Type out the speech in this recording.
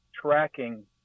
tracking